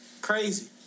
crazy